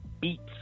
beats